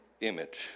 image